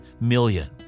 million